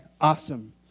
awesome